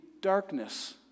darkness